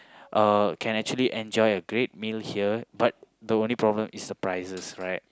uh can actually a great meal here but the only problem is the prices right